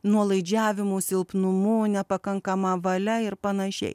nuolaidžiavimu silpnumu nepakankama valia ir panašiai